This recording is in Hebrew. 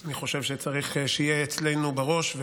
שאני חושב שצריך שיהיה אצלנו בראש,